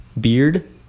beard